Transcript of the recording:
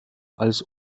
als